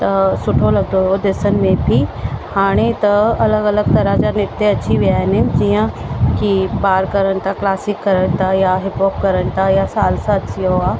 त सुठो लगंदो हुयो डिसण में बि हाणे त अलॻि अलॻि तरहा जा नृत्य अची विया आहिनि जीअं की ॿार करण था क्लासिक करण था या हिप हॉप करण था यां सालसा अची वियो आहे